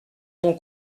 mon